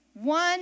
One